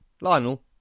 Lionel